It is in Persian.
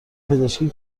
پزشکی